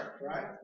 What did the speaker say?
right